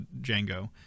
Django